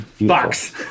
Box